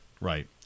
Right